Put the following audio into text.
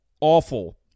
awful